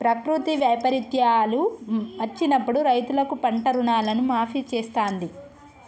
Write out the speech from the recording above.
ప్రకృతి వైపరీత్యాలు వచ్చినప్పుడు రైతులకు పంట రుణాలను మాఫీ చేస్తాంది